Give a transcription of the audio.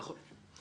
נכון.